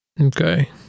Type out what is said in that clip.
Okay